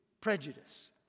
prejudice